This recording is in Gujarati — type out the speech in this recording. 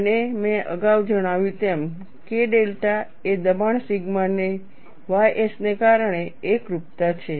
અને મેં અગાઉ જણાવ્યું તેમ K ડેલ્ટા એ દબાણ સિગ્મા ys ને કારણે એકરૂપતા છે